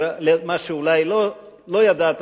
ומה שאולי לא ידעת,